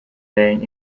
wählen